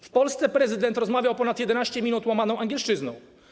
W Polsce prezydent rozmawiał ponad 11 minut łamaną angielszczyzną.